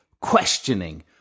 questioning